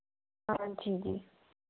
हाँ जी जी